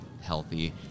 healthy